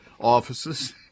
offices